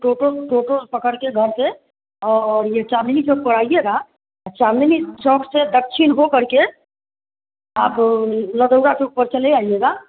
टोटो टोटो पकड़ के घर से और यह चाँदनी चौक पर आइएगा चाँदनी चौक से दक्षिण होकर के आप लगौरा से ऊपर चले आइएगा